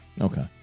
Okay